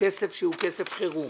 הכסף הוא כסף חירום